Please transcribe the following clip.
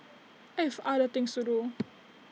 I have other things to do